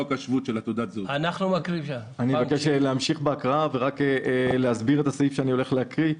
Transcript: אני מבקש להמשיך בהקראה ורק אסביר את התקנה שאני הולך להקריא.